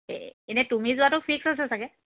এই এনেই তুমি যোৱাটো ফিক্স আছে চাগে